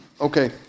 Okay